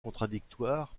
contradictoire